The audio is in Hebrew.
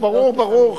ברור, ברור, ברור.